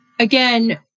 Again